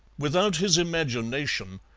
without his imagination,